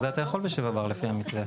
זה אתה יכול ב-7 בר לפי המתווה.